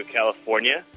California